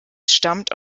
stammt